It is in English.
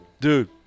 Dude